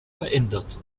verändert